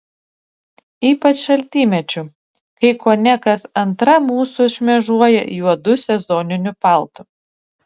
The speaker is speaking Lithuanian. ypač šaltymečiu kai kone kas antra mūsų šmėžuoja juodu sezoniniu paltu